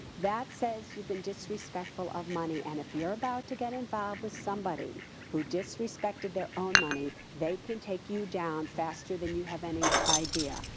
that says you've been disrespectful of money and if you're about to get involved with somebody who disrespected their own money, they can take you down faster than you have any idea.